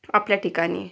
आपल्या ठिकाणी